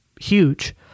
huge